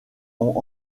ont